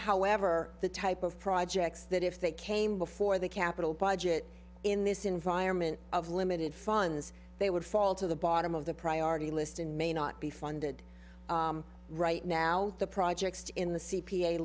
however the type of projects that if they came before the capital budget in this environment of limited funds they would fall to the bottom of the priority list and may not be funded right now the projects in the c